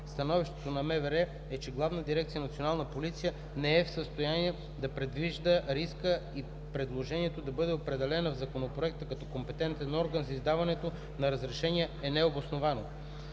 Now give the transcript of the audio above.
Становището на МВР е, че Главна дирекция „Национална полиция“ не е в състояние да предвижда риска и предложението да бъде определена в Законопроекта като компетентен орган за издаването на разрешения е необосновано.